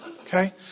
okay